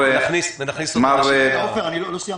עוד לא סיימתי.